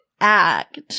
act